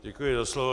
Děkuji za slovo.